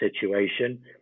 situation